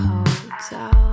Hotel